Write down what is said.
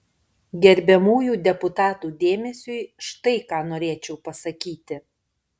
gerbiamųjų deputatų dėmesiui štai ką norėčiau pasakyti